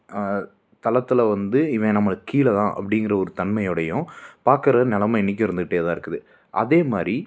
தளத்தில் வந்து இவன் நம்மளுக்கு கீழே தான் அப்படிங்கிற ஒரு தன்மையோடையும் பார்க்கற நிலமை இன்றைக்கும் இருந்துக்கிட்டே தான் இருக்குது அதே மாதிரி